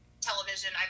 television